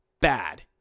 bad